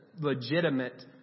legitimate